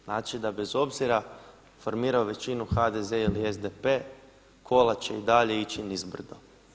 Znači da bez obzira formirao li većinu HDZ ili SDP kola će i dalje ići nizbrdo.